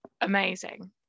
amazing